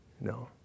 no